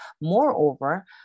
Moreover